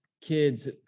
kids